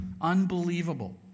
unbelievable